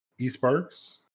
eSparks